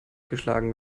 geschlagen